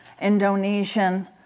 Indonesian